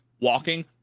walking